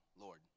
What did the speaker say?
Lord